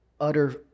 utter